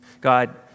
God